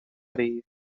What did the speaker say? areia